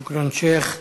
שוכראן, שיח'.